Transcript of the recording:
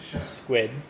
squid